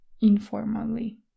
Informally